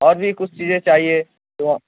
اور بھی کچھ چیزیں چاہیے